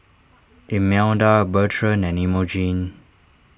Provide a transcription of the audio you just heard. Imelda Bertrand and Imogene